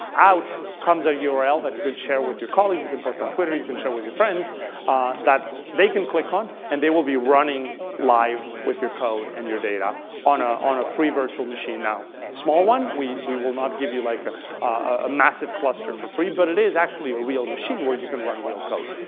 out comes a url that you can share with your colleagues, you can post on twitter, you can share with your friends that they can click on and they will be running live with your code and your data on a on a free virtual machine now. small one? we we will not give you like a a massive cluster for free, but it is actually a real machine where you can run real code.